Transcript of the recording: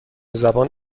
زبان